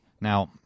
Now